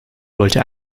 wollte